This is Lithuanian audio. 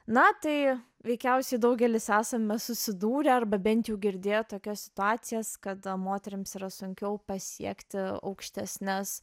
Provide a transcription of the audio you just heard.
na tai veikiausiai daugelis esame susidūrę arba bent jau girdėję tokias situacijas kada moterims yra sunkiau pasiekti aukštesnes